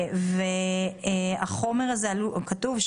כתוב,